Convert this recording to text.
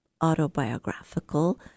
autobiographical